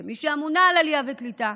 כמי שאמונה על עלייה וקליטה,